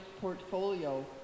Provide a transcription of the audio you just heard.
portfolio